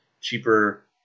cheaper